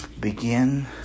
begin